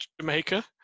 Jamaica